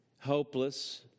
hopeless